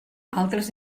altres